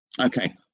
Okay